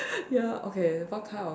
ya okay what kind of